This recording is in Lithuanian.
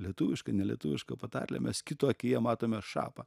lietuviška nelietuviška patarlė mes kito akyje matome šapą